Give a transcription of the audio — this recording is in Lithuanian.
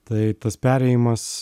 tai tas perėjimas